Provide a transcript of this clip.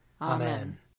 Amen